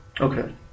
Okay